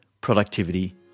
productivity